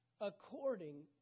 according